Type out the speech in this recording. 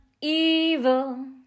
evil